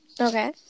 Okay